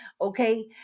okay